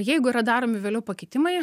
jeigu yra daromi vėliau pakitimai